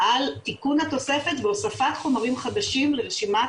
על תיקון התוספת והוספת חומרים חדשים לרשימת